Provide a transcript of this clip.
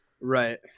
Right